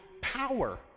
power